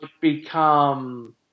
become